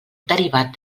derivat